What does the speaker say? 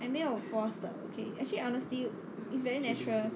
I 没有 force 的 okay actually honestly it's very natural